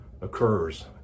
occurs